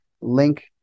link